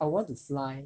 I want to fly